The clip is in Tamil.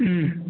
ம்